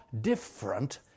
different